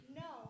no